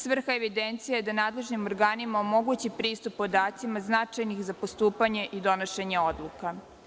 Svrha evidencije je da nadležnim organima omogući pristup podacima značajnim za postupanje i donošenje odluka.